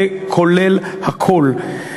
זה כולל הכול.